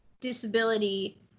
disability